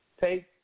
take